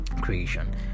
creation